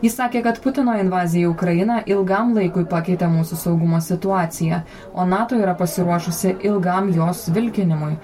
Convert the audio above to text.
jis sakė kad putino invazija į ukrainą ilgam laikui pakeitė mūsų saugumo situaciją o nato yra pasiruošusi ilgam jos vilkinimui